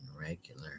regular